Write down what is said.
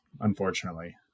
unfortunately